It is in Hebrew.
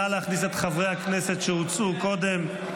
נא להכניס את חברי הכנסת שהוצאו קודם.